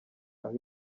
aho